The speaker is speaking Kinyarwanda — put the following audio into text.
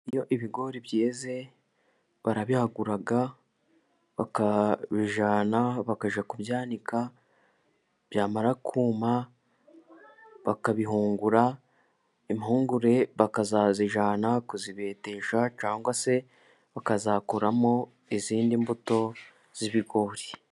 Iyo ibigori byeze barabihagura bakabijyana bakajya kubyanika, byamara kuma bakabihungura, impungure bakazazijyana kuzibetesha cyangwa se bakazakoramo izindi mbuto z'ibigori.